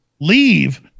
leave